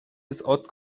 without